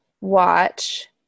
watch